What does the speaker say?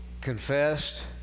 confessed